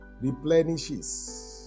replenishes